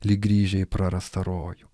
lyg grįžę į prarastą rojų